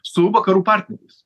su vakarų partneriais